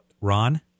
Ron